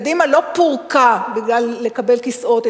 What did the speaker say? קדימה לא פורקה כדי לקבל כיסאות,